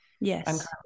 yes